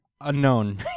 Unknown